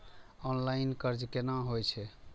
Online कर्ज केना होई छै?